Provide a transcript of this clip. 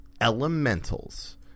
elementals